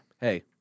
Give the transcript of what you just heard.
Hey